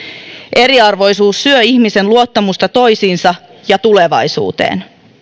eriarvoisuus syö ihmisten luottamusta toisiinsa ja tulevaisuuteen